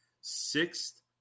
sixth